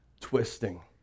twisting